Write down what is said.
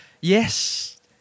Yes